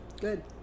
Good